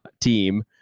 team